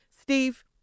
Steve